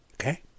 Okay